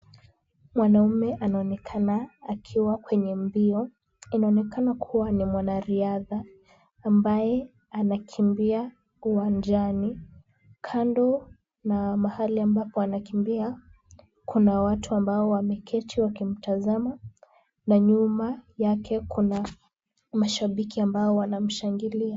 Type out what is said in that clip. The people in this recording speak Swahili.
Mwanaume anaonekana akiwa kwenye mbio. Inaonekana kuwa ni mwanariadha ambaye anakimbia uwanjani. Kando na mahali ambapo anakimbia, kuna watu ambao wameketi wakimtazama na nyuma yake kuna mashabiki ambao wanamshangilia.